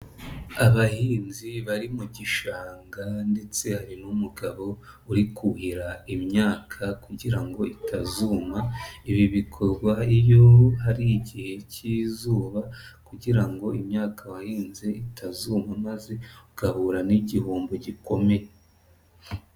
Abahinzi bari mu gishanga ndetse hari n'umugabo uri kuhira imyaka kugira ngo itazuma, ibi bikorwa iyo hari igihe cy'izuba kugira ngo imyaka wahinze itazuma maze ugahura n'igihombo gikomeye.